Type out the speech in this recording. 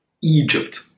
Egypt